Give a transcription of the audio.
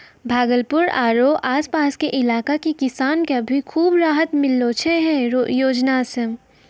भागलपुर आरो आस पास के इलाका के किसान कॅ भी खूब राहत मिललो छै है योजना सॅ